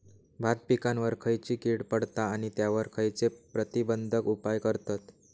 भात पिकांवर खैयची कीड पडता आणि त्यावर खैयचे प्रतिबंधक उपाय करतत?